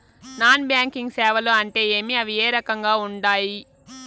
non banking సేవలు అంటే ఏమి అవి ఏ రకంగా ఉండాయి